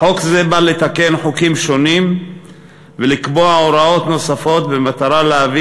"חוק זה בא לתקן חוקים שונים ולקבוע הוראות נוספות במטרה להביא